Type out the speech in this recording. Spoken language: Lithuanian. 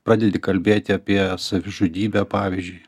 pradedi kalbėti apie savižudybę pavyzdžiui